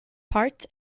parts